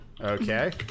Okay